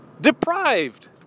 deprived